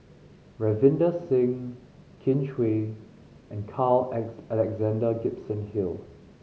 Ravinder Singh Kin Chui and Carl Alex Alexander Gibson Hill